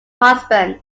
husband